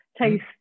taste